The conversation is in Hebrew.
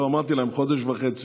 לא, אמרתי להם: חודש וחצי.